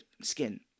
skin